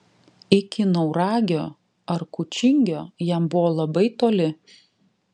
iki nauragio ar kučingio jam buvo labai toli